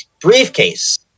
briefcase